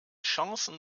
chancen